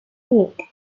unique